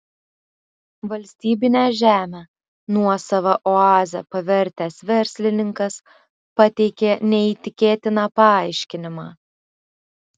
valstybinę žemę nuosava oaze pavertęs verslininkas pateikė neįtikėtiną paaiškinimą